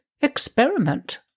experiment